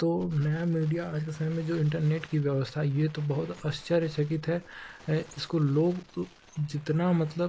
तो नया मीडिया आज के समय में जो इन्टरनेट की व्यवस्था यह तो बहुत आश्चर्यजनक है इसको लोग जितना मतलब